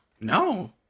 No